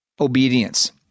obedience